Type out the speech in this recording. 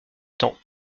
temps